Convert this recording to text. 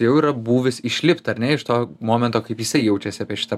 jau yra būvis išlipt ar ne iš to momento kaip jisai jaučiasi apie šitą